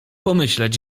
pomyśleć